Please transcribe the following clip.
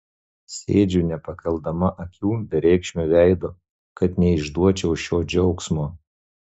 sėdžiu nepakeldama akių bereikšmiu veidu kad neišduočiau šio džiaugsmo